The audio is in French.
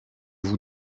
vous